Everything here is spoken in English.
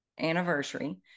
anniversary